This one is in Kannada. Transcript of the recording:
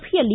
ಸಭೆಯಲ್ಲಿ